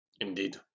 Indeed